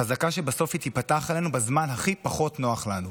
חזקה שבסוף היא תיפתח עלינו בזמן הכי פחות נוח לנו.